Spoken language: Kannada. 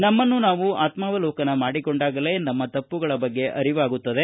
ನಮ್ಮನ್ನು ನಾವು ಆತ್ಮಾವಲೋಕನ ಮಾಡಿಕೊಂಡಾಗಲೇ ನಮ್ಮ ತಪ್ಪುಗಳ ಬಗ್ಗೆ ಅರಿವಾಗುತ್ತದೆ